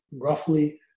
roughly